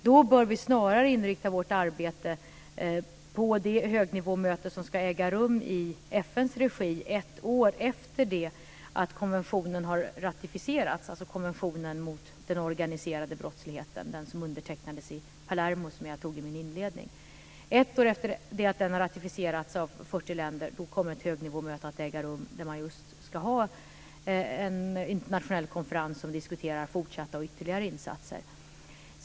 Vi bör snarare inrikta vårt arbete på det högnivåmöte som ska äga rum i FN:s regi ett år efter det att konventionen mot den organiserade brottsligheten har ratificerats av 40 länder, den som undertecknades i Palermo och som jag tog upp i min inledning. Vid detta högnivåmöte ska man ha en internationell konferens där man diskuterar fortsatta och ytterligare insatser.